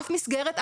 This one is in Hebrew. אף מסגרת,